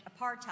apartheid